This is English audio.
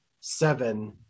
seven